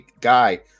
guy